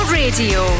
radio